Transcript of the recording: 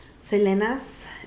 Selenas